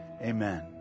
Amen